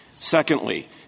Secondly